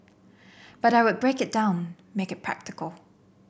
but I would break it down make it practical